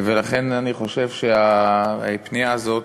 לכן אני חושב שהפנייה הזאת,